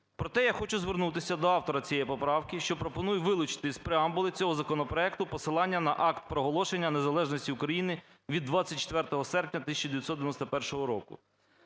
Проте я хочу звернутися до автора цієї поправки, що пропонує вилучити з преамбули цього законопроекту посилання на Акт проголошення незалежності України від 24 серпня 1991 року.